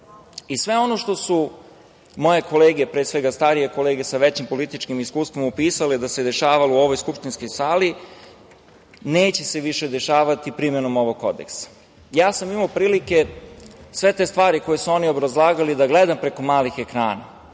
biti. Sve ono što su moje kolege, pre svega starije kolege sa većim političkim iskustvom, opisale da se dešavalo u ovoj skupštinskoj sali, neće se više dešavati primenom ovog kodeksa. Ja sam imao prilike sve te stvari koje su oni obrazlagali da gledam preko malih ekrana